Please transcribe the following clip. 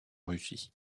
russie